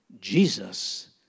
Jesus